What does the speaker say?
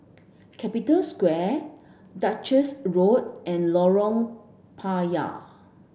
Capital Square Duchess Road and Lorong Payah